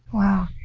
wow.